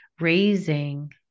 raising